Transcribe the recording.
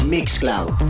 MixCloud